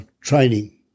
training